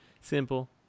simple